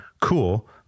Cool